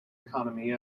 economy